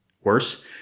worse